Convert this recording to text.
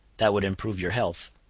that would improve your health.